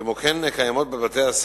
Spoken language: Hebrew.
כמו כן, קיימות בבתי-הספר